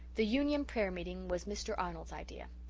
the union prayer-meeting was mr. arnold's idea.